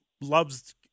loves